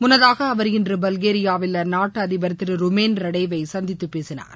முன்னதாக அவர் இன்று பல்கேரியாவில் அந்நாட்டு அதிபர் திரு ருமேன் ரடேவை சந்தித்து பேசினார்